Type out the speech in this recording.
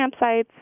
campsites